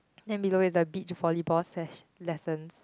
then below is a beach volleyball sess~ lessons